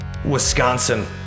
Wisconsin